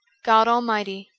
god almighty,